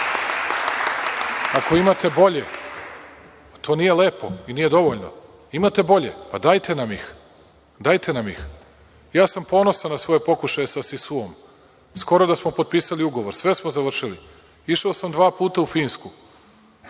imate bolje, pa to nije lepo i nije dovoljno, imate bolje, pa dajte nam ih, dajte nam ih. Ja sam ponosan na svoje pokušaje sa „Sisuom“, skoro da smo potpisali ugovor, sve smo završili. Išao sam dva puta u Finsku,